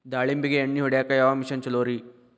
ದಾಳಿಂಬಿಗೆ ಎಣ್ಣಿ ಹೊಡಿಯಾಕ ಯಾವ ಮಿಷನ್ ಛಲೋರಿ?